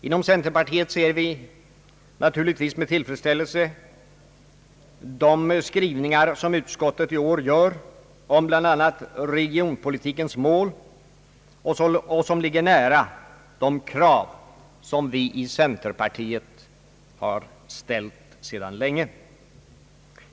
Inom centerpartiet ser vi naturligtvis med tillfredsställelse de skrivningar som utskottet i år gör om bland annat regionpolitikens mål och som ligger nära de krav som vi i centerpartiet har ställt sedan länge.